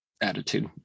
attitude